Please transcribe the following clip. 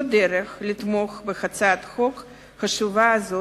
דרך לתמוך בהצעת החוק החשובה הזאת,